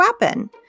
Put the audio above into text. weapon